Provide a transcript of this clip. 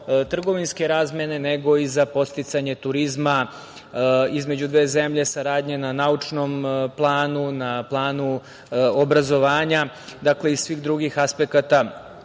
trgovinske razmene, nego i za podsticanje turizma između dve zemlje, saradnje na naučnom planu, na planu obrazovanja i svih drugih aspekata,